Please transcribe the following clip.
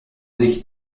sich